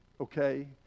okay